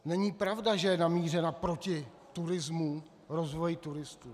Není pravda, že je namířena proti turismu, rozvoji turistů.